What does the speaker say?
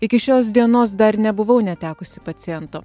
iki šios dienos dar nebuvau netekusi paciento